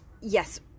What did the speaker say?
Yes